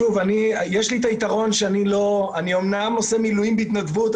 לי יתרון שאני אומנם עושה מילואים בהתנדבות,